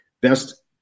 best